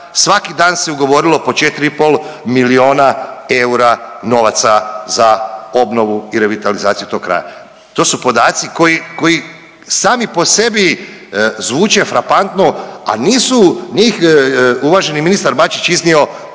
svaki dan se ugovorilo po 4,5 miliona eura novaca za obnovu i revitalizaciju tog kraja. To su podaci koji, koji sami po sebi zvuče frapantno, a nisu njih uvaženi ministar Bačić iznio